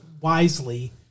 wisely